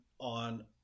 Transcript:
on